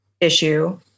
issue